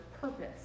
purpose